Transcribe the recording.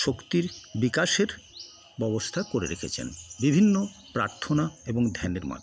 শক্তির বিকাশের ব্যবস্থা করে রেখেছেন বিভিন্ন প্রার্থনা এবং ধ্যানের মাধ্যমে